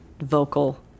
vocal